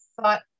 thought